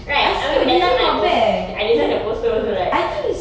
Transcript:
right I mean that time my pos~ I design the poster also right